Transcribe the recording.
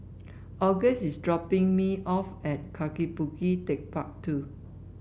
August is dropping me off at Kaki Bukit TechparK Two